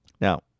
Now